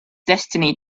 destiny